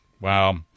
wow